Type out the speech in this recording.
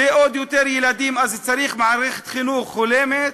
זה עוד יותר ילדים, אז צריך מערכת חינוך הולמת,